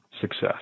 success